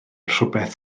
rhywbeth